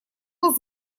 был